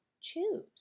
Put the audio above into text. choose